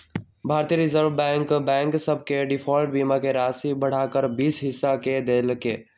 भारतीय reserve bank bank सभ के डिफॉल्ट बीमा के राशि बढ़ा कऽ बीस हिस क देल्कै